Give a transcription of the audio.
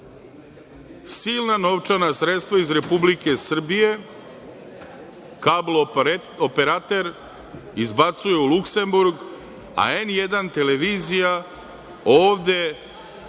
silna novčana sredstva iz Republike Srbije, kablooperater izbacuje u Luksemburg, a N1 televizija ovde